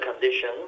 condition